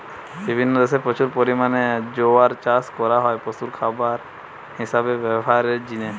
বিভিন্ন দেশে প্রচুর পরিমাণে জোয়ার চাষ করা হয় পশুর খাবার হিসাবে ব্যভারের জিনে